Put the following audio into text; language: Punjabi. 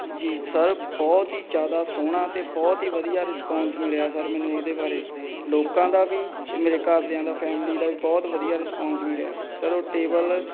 ਜੀ ਸਰ ਬਹੁਤ ਹੀ ਜ਼ਿਆਦਾ ਸੋਹਣਾ ਅਤੇ ਬਹੁਤ ਹੀ ਵਧੀਆ ਰਿਸਪਾਂਸ ਮਿਲਿਆ ਸਰ ਮੈਨੂੰ ਉਹਦੇ ਬਾਰੇ ਲੋਕਾਂ ਦਾ ਵੀ ਅਤੇ ਮੇਰੇ ਘਰਦਿਆਂ ਦਾ ਫੈਮਲੀ ਦਾ ਵੀ ਬਹੁਤ ਵਧੀਆ ਰਿਸਪਾਂਸ ਮਿਲਿਆ ਸਰ ਉਹ ਟੇਬਲ